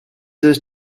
this